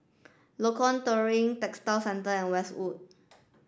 Lorong Terigu Textile Centre and Westwood